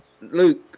Luke